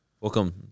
welcome